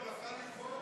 מלאכה לגמור.